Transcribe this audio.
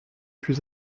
plus